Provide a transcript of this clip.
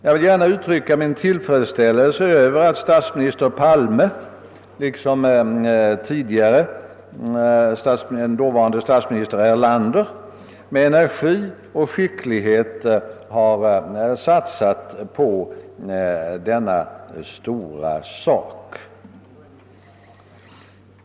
Jag vill gärna uttrycka min tillfredsställelse över att statsminister Palme, på samma sätt som tidigare dåvarande statsminiser Erlander, med energi och skicklighet har satsat på denna stora sak.